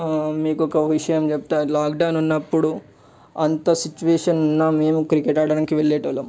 మీకు ఒక విషయం చెప్పుత లాక్ డౌన్ ఉన్నప్పుడు అంత సిచువేషన్ ఉన్న మేము క్రికెట్ ఆడడానికి వెళ్ళేవాళ్ళము